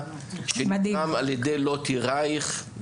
שהוקם על ידי לוטי רייך.